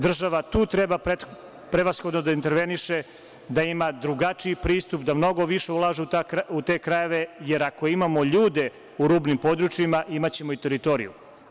Država tu treba prevashodno da interveniše, da ima drugačiji pristup, da mnogo više ulaže u te krajeve, jer, ako imamo ljude u rubnim područjima, imaćemo i teritoriju.